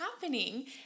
happening